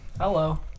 Hello